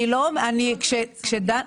אני רוצה להגיב